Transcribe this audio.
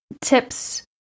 tips